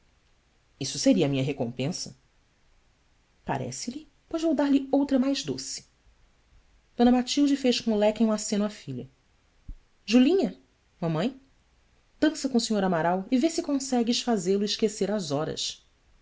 isso seria a minha recompensa arece lhe ois vou dar-lhe outra mais doce d matilde fez com o leque um aceno à filha ulinha amãe ança com o sr amaral e vê se consegues fazê-lo esquecer as horas